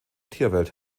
tierwelt